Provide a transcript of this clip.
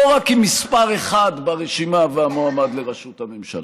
לא רק עם מספר אחת ברשימה והמועמד לראשות ממשלה,